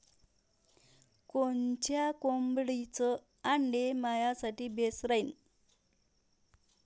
कोनच्या कोंबडीचं आंडे मायासाठी बेस राहीन?